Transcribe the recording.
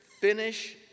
finish